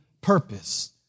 purpose